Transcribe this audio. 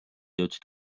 jõudsid